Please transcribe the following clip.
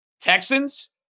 Texans